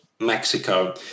Mexico